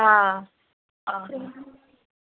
ହଁ ହଁ